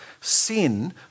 sin